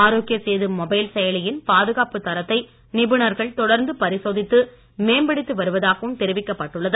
ஆரோக்கிய Setu mobile செயலியின் பாதுகாப்புத் தரத்தை நிபுணர்கள் தொடர்ந்து பரிசோதித்து மேம்படுத்தி வருவதாகவும் தெரிவிக்கப்பட்டுள்ளது